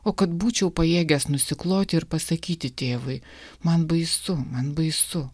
o kad būčiau pajėgęs nusikloti ir pasakyti tėvui man baisu man baisu